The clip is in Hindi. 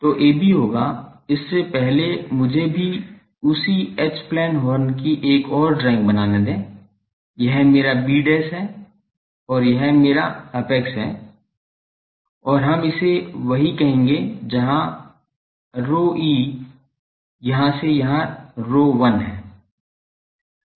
तो AB होगा इससे पहले मुझे भी उसी एच प्लेन हॉर्न की एक और ड्राइंग बनाने दें यह मेरा b है और यह मेरा एपेक्स है और हम इसे वहीं कहेंगे जहां ρe यहाँ से यहाँ ρ1 है